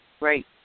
Right